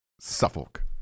Suffolk